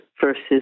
versus